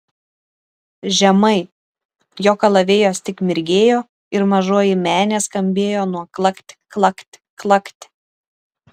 žemai jo kalavijas tik mirgėjo ir mažoji menė skambėjo nuo klakt klakt klakt